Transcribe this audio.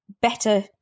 better